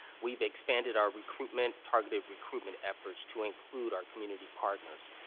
we have expanded our recruitment, targeted recruit ment efforts to include our community partners.